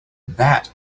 that